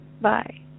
Bye